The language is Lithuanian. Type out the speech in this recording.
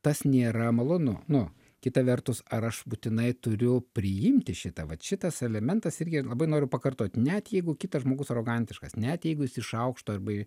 tas nėra malonu nu kita vertus ar aš būtinai turiu priimti šitą vat šitas elementas irgi labai noriu pakartot net jeigu kitas žmogus arogantiškas net jeigu jis iš aukšto arba